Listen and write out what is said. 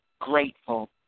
grateful